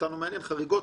אותנו מעניין חריגות.